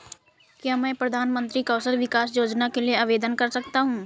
क्या मैं प्रधानमंत्री कौशल विकास योजना के लिए आवेदन कर सकता हूँ?